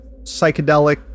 psychedelic